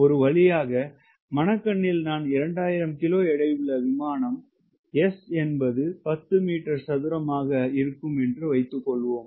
ஒரு வழியாக மனக்கண்ணில் நான் 2000 கிலோ எடையுள்ள விமானம் S என்பது 10 மீட்டர் சதுரமாக இருக்கும் என்று வைத்துக்கொள்வோம்